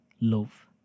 love